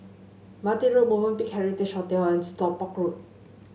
Martin Road Movenpick Heritage Hotel and Stockport Road